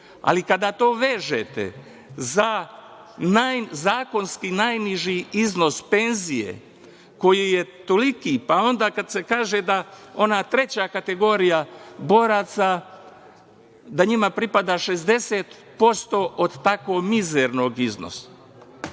Ali, kada to vežete, za zakonski najniži iznos penzije koji je toliki, pa kada se kaže da ona treća kategorija boraca, da njima pripada 60% od tako mizernog iznosa,